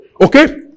Okay